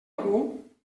algú